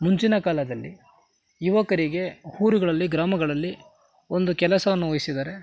ಮುಂಚಿನ ಕಾಲದಲ್ಲಿ ಯುವಕರಿಗೆ ಊರುಗಳಲ್ಲಿ ಗ್ರಾಮಗಳಲ್ಲಿ ಒಂದು ಕೆಲಸವನ್ನು ವಹಿಸಿದರೆ